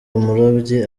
umurobyi